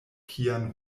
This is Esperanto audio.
kian